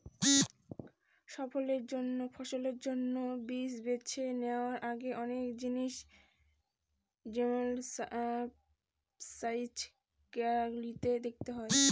ফসলের জন্য বীজ বেছে নেওয়ার আগে অনেক জিনিস যেমল সাইজ, কোয়ালিটি দেখতে হয়